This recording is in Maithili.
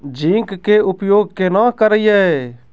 जिंक के उपयोग केना करये?